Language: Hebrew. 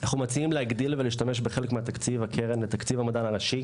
אנחנו מציעים להגדיל ולהשתמש בחלק מתקציב הקרן ותקציב המדען הראשי